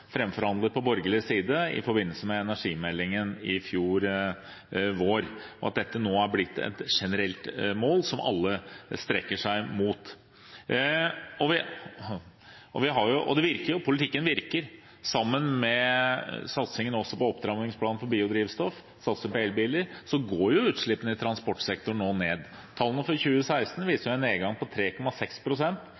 på borgerlig side i forbindelse med energimeldingen i fjor vår, og at dette nå er blitt et generelt mål som alle strekker seg mot. Og det virker jo, politikken virker. Sammen med satsingen på opptrappingsplan for biodrivstoff, satsingen på elbiler, går utslippene i transportsektoren nå ned. Tallene for 2016 viser